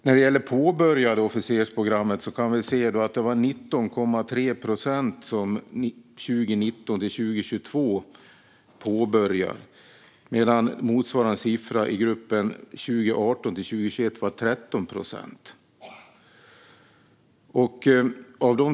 När det gäller det påbörjade officersprogrammet 2019-2022 var det 19,3 procent av dem som påbörjade utbildningen medan motsvarande siffra i gruppen för 2018-2021 var 13 procent.